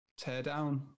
teardown